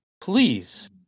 please